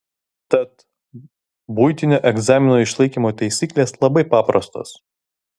tad buitinio egzamino išlaikymo taisyklės labai paprastos